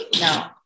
No